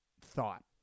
thought